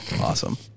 awesome